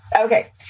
Okay